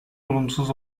olumsuz